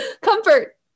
Comfort